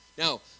Now